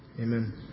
amen